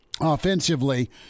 offensively